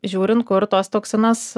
žiūrint kur tos toksinas